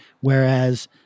Whereas